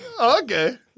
Okay